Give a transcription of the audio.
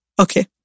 Okay